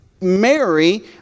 Mary